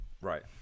Right